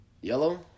Yellow